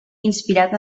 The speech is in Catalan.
inspirat